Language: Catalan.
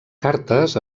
cartes